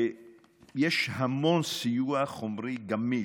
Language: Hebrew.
יש המון סיוע חומרי גמיש,